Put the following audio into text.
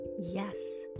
yes